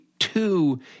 Two